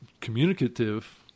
communicative